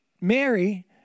Mary